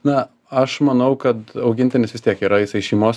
na aš manau kad augintinis vis tiek yra jisai šeimos